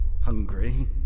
hungry